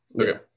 Okay